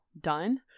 done